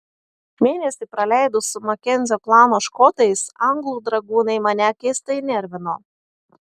mėnesį praleidus su makenzio klano škotais anglų dragūnai mane keistai nervino